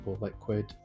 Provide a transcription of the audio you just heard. liquid